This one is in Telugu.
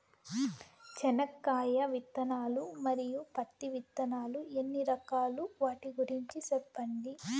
చెనక్కాయ విత్తనాలు, మరియు పత్తి విత్తనాలు ఎన్ని రకాలు వాటి గురించి సెప్పండి?